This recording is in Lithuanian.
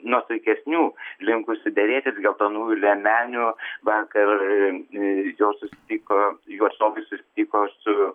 nuosaikesnių linkusių derėtis geltonųjų liemenių vakar jos susitiko jų atstovai susitiko su